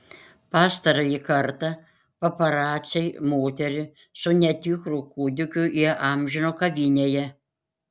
pastarąjį kartą paparaciai moterį su netikru kūdikiu įamžino kavinėje